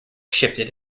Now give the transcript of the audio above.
shifted